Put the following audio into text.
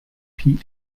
peat